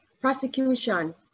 Prosecution